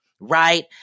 Right